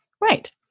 Right